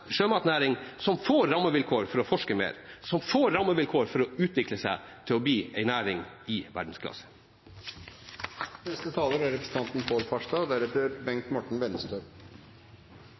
sjømatnæring som får rammevilkår for å forske mer, som får rammevilkår for å utvikle seg til å bli en næring i